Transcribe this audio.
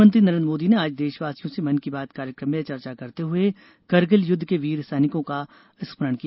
प्रधानमंत्री नरेन्द्र मोदी ने आज देशवासियों से मन की बात कार्यक्रम में चर्चा करते हुए करगिल युद्ध के वीर सैनिकों का स्मरण किया